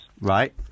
Right